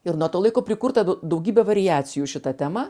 ir nuo to laiko prikurta daugybė variacijų šita tema